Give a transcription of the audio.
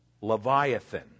Leviathan